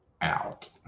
out